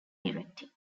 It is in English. directing